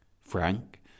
Frank